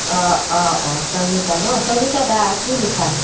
অঁ অঁ অঁ চয়নিকা নহ্ চয়নিকা দা কি লিখা